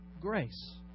grace